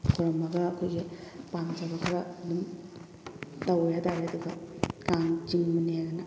ꯈꯣꯏꯔꯝꯃꯒ ꯑꯩꯈꯣꯏꯒꯤ ꯄꯥꯝꯖꯕ ꯈꯔ ꯑꯗꯨꯝ ꯇꯧꯋꯦ ꯍꯥꯏꯇꯥꯔꯦ ꯑꯗꯨꯒ ꯀꯥꯛ ꯆꯤꯡꯉꯤꯅꯦꯗꯅ